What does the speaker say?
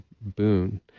boon